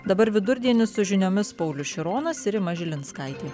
dabar vidurdienis su žiniomis paulius šironas ir rima žilinskaitė